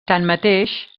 tanmateix